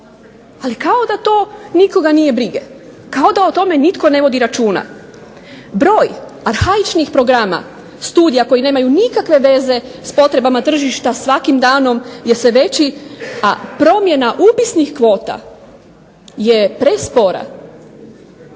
Ali kao da to nikoga nije briga, kao da o tome nitko ne vodi računa. Broj arhaičnih programa, studija koje nemaju nikakve veze s potrebama tržišta svakim danom je sve veći, a promjena upisnih kvota je prespora